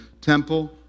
temple